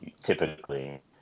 typically